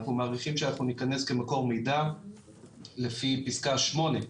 אנחנו מעריכים שאנחנו ניכנס כמקור מידע לפי פסקה ב/8,